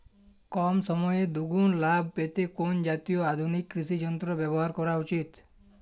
কম সময়ে দুগুন লাভ পেতে কোন জাতীয় আধুনিক কৃষি যন্ত্র ব্যবহার করা উচিৎ?